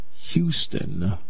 Houston